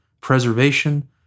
preservation